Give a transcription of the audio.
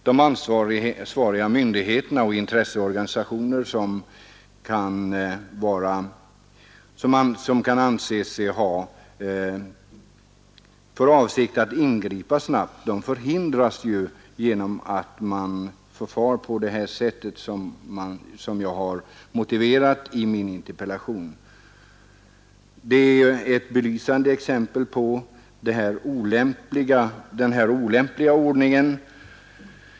De ansvariga myndigheter och intresseorganisationer som kan anses ha för avsikt att ingripa snabbt förhindras genom att man förfar på det sätt som jag redogjort för i min interpellation. Det är ett belysande exempel på den olämpliga ordningen.